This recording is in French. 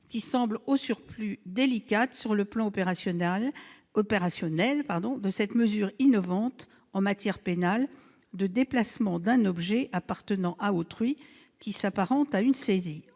au surplus, s'annonce délicate sur le plan opérationnel, s'agissant d'une mesure innovante en matière pénale de déplacement d'un objet appartenant à autrui, qui s'apparente à une saisie.